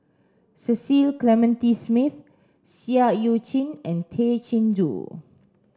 Cecil Clementi Smith Seah Eu Chin and Tay Chin Joo